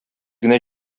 генә